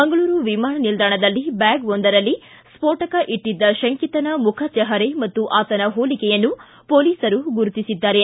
ಮಂಗಳೂರು ವಿಮಾನ ನಿಲ್ಲಾಣದಲ್ಲಿ ಬ್ಲಾಗ್ವೊಂದರಲ್ಲಿ ಸ್ಫೋಟಕ ಇಟ್ಟಿದ್ದ ಶಂಕಿತನ ಮುಖ ಚಹರೆ ಮತ್ತು ಆತನ ಹೋಲಿಕೆಯನ್ನು ಪೊಲೀಸರು ಗುರುತಿಸಿದ್ದಾರೆ